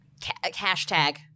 Hashtag